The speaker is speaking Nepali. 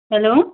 हेलो